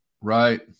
Right